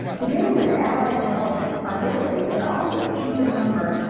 beginning with allied assaults on italy and always few in number,